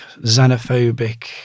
xenophobic